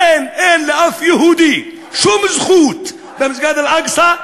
אין לאף יהודי שום זכות במסגד אל-אקצא,